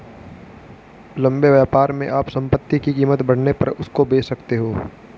लंबे व्यापार में आप संपत्ति की कीमत बढ़ने पर उसको बेच सकते हो